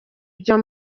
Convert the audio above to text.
byo